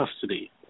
custody